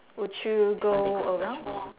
would you go around